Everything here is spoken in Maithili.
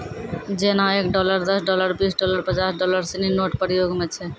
जेना एक डॉलर दस डॉलर बीस डॉलर पचास डॉलर सिनी नोट प्रयोग म छै